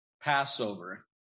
Passover